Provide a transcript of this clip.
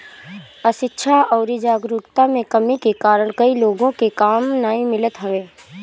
अशिक्षा अउरी जागरूकता में कमी के कारण कई लोग के काम नाइ मिलत हवे